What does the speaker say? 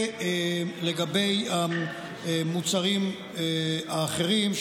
ולגבי המוצרים האחרים,